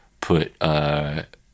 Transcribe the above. put